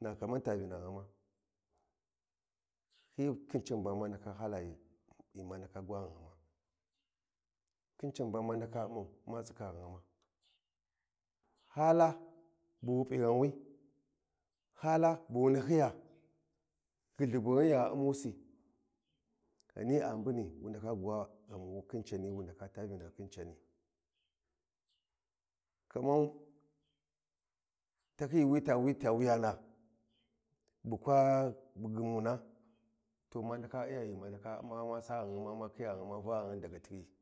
na kamanta vina ghuma hyi khin can ba ma ndaka hala ghi ma ndaka zha ghanghuma khin can ba ma ndaka umman ma tsika ghanghama hala bu wi pu ghanwi hala bu wu nahyiya ghulubughin ya ummusi ghan a mbini wu ndaka gwa ghamu khin cani wat aa vinahyi khin cani kaman tahyi wi wita wiyana bu kwa ghumna